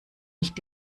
nicht